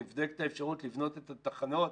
נבדקת האפשרות לבנות את התחנות